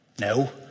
No